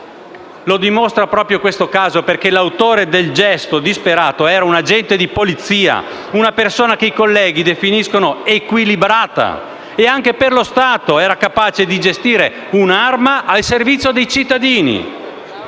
è dimostrato proprio da questo caso, perché l'autore del gesto disperato era un agente di polizia, una persona che i colleghi hanno definito equilibrata e che anche per lo Stato era capace di gestire un'arma al servizio dei cittadini.